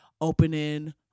opening